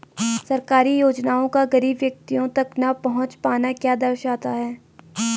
सरकारी योजनाओं का गरीब व्यक्तियों तक न पहुँच पाना क्या दर्शाता है?